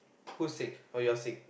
who's sick oh you're sick